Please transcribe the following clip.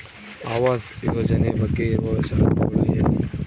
ಆವಾಸ್ ಯೋಜನೆ ಬಗ್ಗೆ ಇರುವ ಶರತ್ತುಗಳು ಏನು?